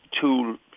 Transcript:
tool